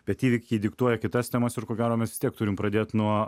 bet įvykiai diktuoja kitas temas ir ko gero mes vis tiek turim pradėt nuo